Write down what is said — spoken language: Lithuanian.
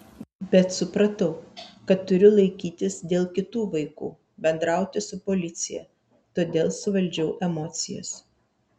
bet supratau kad turiu laikytis dėl kitų vaikų bendrauti su policija todėl suvaldžiau emocijas